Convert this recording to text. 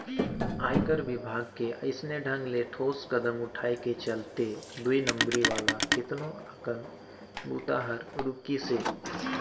आयकर विभाग के अइसने ढंग ले ठोस कदम उठाय के चलते दुई नंबरी वाला केतनो अकन बूता हर रूकिसे